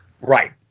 Right